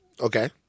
Okay